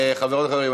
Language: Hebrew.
חברות וחברים,